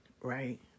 right